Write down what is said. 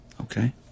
Okay